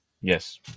Yes